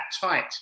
tight